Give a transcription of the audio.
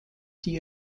die